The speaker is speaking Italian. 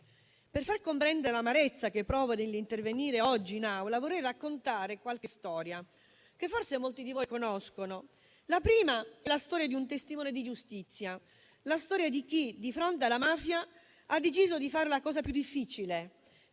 Per far comprendere l'amarezza che provo nell'intervenire oggi in Aula, vorrei raccontare qualche storia, che forse molti di voi conoscono. La prima è la storia di un testimone di giustizia, la storia di chi, di fronte alla mafia, ha deciso di fare la cosa più difficile,